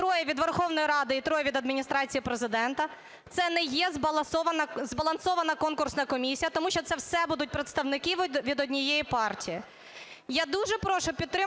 троє від Верховної Ради і троє від Адміністрації Президента, – це не є збалансована конкурсна комісія, тому що це все будуть представники від однієї партії.